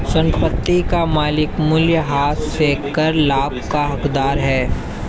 संपत्ति का मालिक मूल्यह्रास से कर लाभ का हकदार है